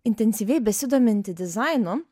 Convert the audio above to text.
intensyviai besidominti dizainu